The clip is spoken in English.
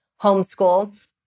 homeschool